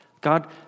God